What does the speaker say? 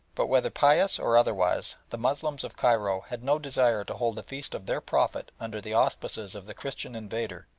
but whether pious or otherwise the moslems of cairo had no desire to hold the feast of their prophet under the auspices of the christian invader,